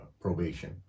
probation